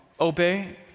obey